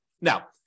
Now